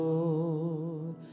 Lord